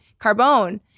Carbone